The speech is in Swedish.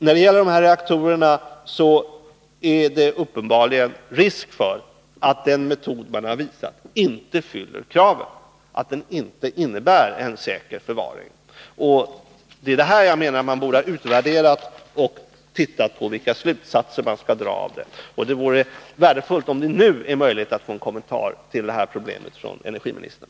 När det gäller de här reaktorerna är det uppenbarligen risk för att den metod man visat inte fyller kraven, att den inte innebär en säker förvaring. Det är detta man borde ha utvärderat och sett på vilka slutsatser man kan dra. Det vore värdefullt att nu få en kommentar av energiministern.